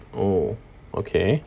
oh okay interesting then